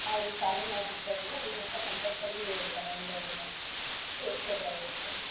ಅವ್ರಿಗೆ ಸ್ಯಾಲ್ರಿ ನಾವು ಕೊಟ್ಕೋತೀವಿ ನಿಮ್ಮ ಹತ್ರ ಕಂಟ್ರ್ಯಾಕ್ಟಲ್ಲಿ ತಗೊಂಡು ಮಾಡಿಸಿ ಎಷ್ಟು ಚದರ ಇದೆ ಅಂತ ಹೇಳಿ